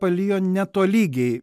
palijo netolygiai